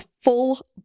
full